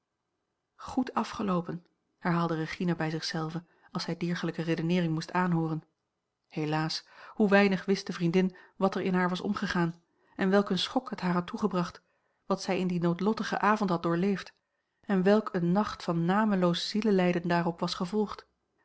goed afgeloopen herhaalde regina bij zich zelve als zij diergelijke redeneering moest aanhooren helaas hoe weinig wist de vriendin wat er in haar was omgegaan en welk een schok het haar had toegebracht wat zij in dien noodlottigen avond had doorleefd en welk een nacht van nameloos zielelijden daarop was gevolgd